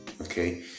okay